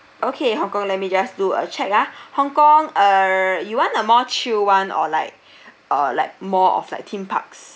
okay hong kong let me just do a check ah hong kong uh you want a more chill [one] or like uh like more of like theme parks